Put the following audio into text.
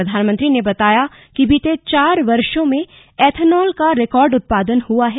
प्रधानमंत्री ने बताया कि बीते चार वर्षो में ऐथनॉल का रिकॉर्ड उत्पादन हुआ है